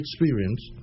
experience